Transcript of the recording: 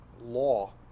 law